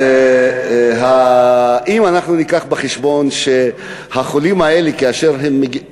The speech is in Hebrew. אם אנחנו ניקח בחשבון שכאשר החולים האלה מגיעים,